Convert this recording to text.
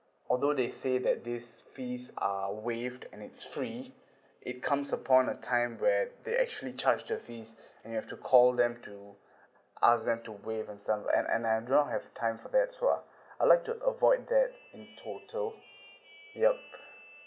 although they say that this fees are waived and it's free it comes upon a time where they actually charge the fees and you have to call them to ask them to waive and some and and I I do not have time for that so uh I like to avoid that in total yup